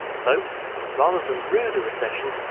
so rather than rue the recession,